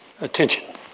attention